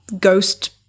ghost